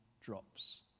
drops